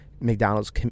mcdonald's